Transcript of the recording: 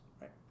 Right